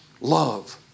love